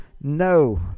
no